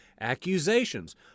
Accusations